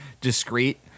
discreet